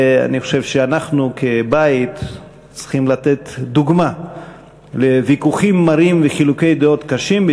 אנחנו כבית צריכים לתת דוגמה לוויכוחים מרים ולחילוקי דעות קשים,